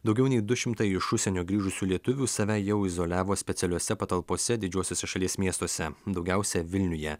daugiau nei du šimtai iš užsienio grįžusių lietuvių save jau izoliavo specialiose patalpose didžiuosiuose šalies miestuose daugiausia vilniuje